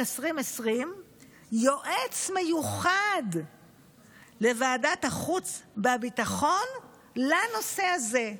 2020 יועץ מיוחד לוועדת החוץ והביטחון לנושא הזה.